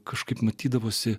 kažkaip matydavosi